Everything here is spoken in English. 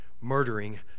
murdering